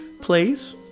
please